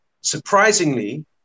surprisingly